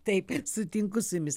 taip sutinku su jumis